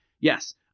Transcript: yes